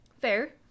Fair